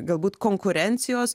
galbūt konkurencijos